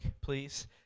please